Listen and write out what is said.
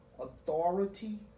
authority